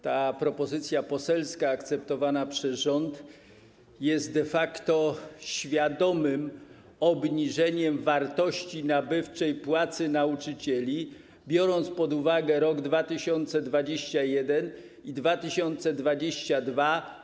Ta propozycja poselska akceptowana przez rząd jest de facto świadomym obniżeniem wartości nabywczej płacy nauczycieli o 7%, biorąc pod uwagę lata 2021 i 2022.